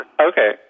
Okay